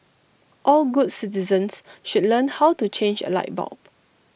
all good citizens should learn how to change A light bulb